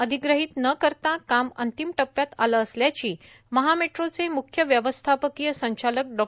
अधिग्रहित न करता काम अंतिम टप्प्यात आलं असल्याची महामेट्रोचे म्ख्य व्यवस्थापकिय संचालक डॉ